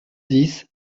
dix